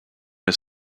his